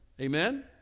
Amen